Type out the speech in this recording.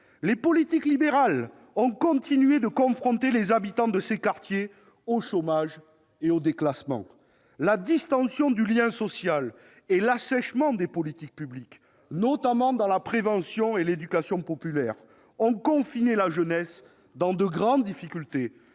Les politiques libérales ont continué de confronter les habitants de ces quartiers au chômage et au déclassement. La distension du lien social et l'assèchement des politiques publiques, notamment dans la prévention et l'éducation populaire, ont confiné la jeunesse dans de grandes difficultés,